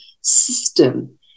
system